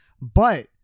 But-